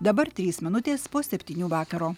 dabar trys minutės po septynių vakaro